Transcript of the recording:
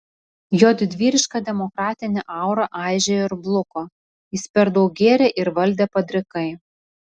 jo didvyriška demokratinė aura aižėjo ir bluko jis per daug gėrė ir valdė padrikai